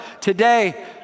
Today